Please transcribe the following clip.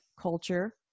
culture